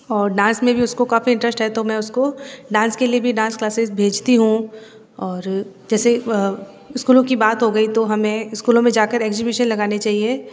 और डांस में भी उसको काफ़ी इंट्रस्ट है तो मैं उसको डांस के लिए भी डांस क्लासेस भेजती हूं और जैसे स्कूलों की बात हो गई तो हमें स्कूलों में जाकर एक्जीबिशन लगानी चाहिए